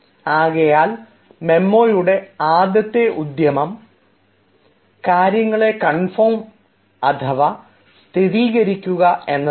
ആകയാൽ മെമ്മോയുടെ ആദ്യത്തെ ഉദ്യമം കാര്യങ്ങളെ കൺഫോം സ്ഥിരീകരിക്കുക എന്നതാണ്